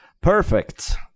Perfect